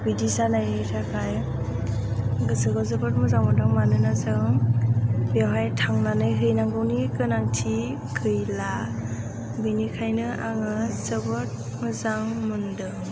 बिदि जानायनि थाखाय गोसोखौ जोबोद मोजां मोन्दों मानोना जों बेवहाय थांनानै हैनांगौनि गोनांथि गैला बेनिखायनो आङो जोबोद मोजां मोन्दों